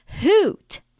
hoot